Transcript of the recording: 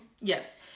Yes